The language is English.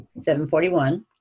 741